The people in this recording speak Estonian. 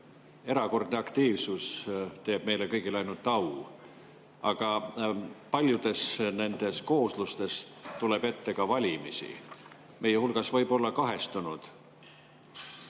erakordne aktiivsus teeb meile kõigile ainult au, aga paljudes nendes kooslustes tuleb ette ka valimisi. Meie hulgas võib olla kahestunud